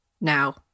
now